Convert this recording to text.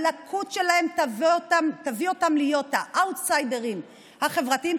הלקות שלהם תביא אותם להיות האאוטסיידרים החברתיים,